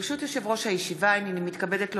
ברשות יושב-ראש הישיבה, הנני מתכבדת להודיעכם,